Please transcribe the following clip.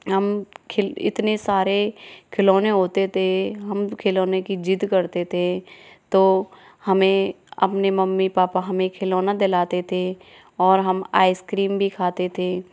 हम इतने सारे खिलौने होते थे हम खिलौनों की ज़िद करते थे तो हमें अपने मम्मी पापा हमें खिलौना दिलाते थे और हम आइस क्रीम भी खाते थे